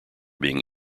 being